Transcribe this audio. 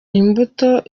imbuto